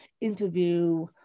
interview